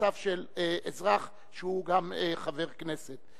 ובמעשיו של אזרח שהוא גם חבר כנסת.